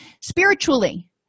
Spiritually